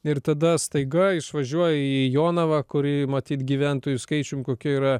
ir tada staiga išvažiuoji į jonavą kuri matyt gyventojų skaičiumi kokiu yra